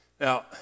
Now